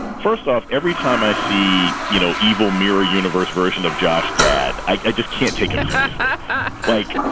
first off, every time i see, you know, evil mirror universe version of josh gad, i just can't take it and like